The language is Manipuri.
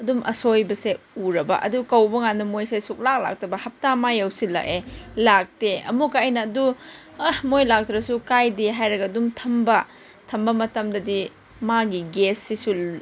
ꯑꯗꯨꯝ ꯑꯁꯣꯏꯕꯁꯦ ꯎꯔꯕ ꯑꯗꯨ ꯀꯧꯕ ꯀꯥꯟꯗ ꯃꯣꯏꯁꯦ ꯁꯨꯛꯂꯥꯛ ꯂꯥꯛꯇꯕ ꯍꯞꯇꯥ ꯑꯃ ꯌꯧꯁꯤꯜꯂꯛꯑꯦ ꯂꯥꯛꯇꯦ ꯑꯃꯨꯛꯀ ꯑꯩꯅ ꯑꯗꯨ ꯑꯥ ꯃꯣꯏ ꯂꯥꯛꯇ꯭ꯔꯁꯨ ꯀꯥꯏꯗꯦ ꯍꯥꯏꯔꯒ ꯑꯗꯨꯝ ꯊꯝꯕ ꯊꯝꯕ ꯃꯇꯝꯗꯗꯤ ꯃꯥꯒꯤ ꯒ꯭ꯌꯥꯁꯤꯁꯨ